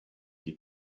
die